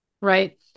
Right